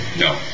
No